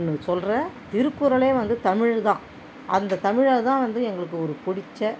சொல்கிற திருக்குறளே வந்து தமிழ்தான் அந்த தமிழைதான் வந்து எங்களுக்கு ஒரு பிடிச்ச